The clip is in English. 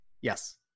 Yes